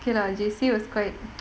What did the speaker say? okay lah J_C was quite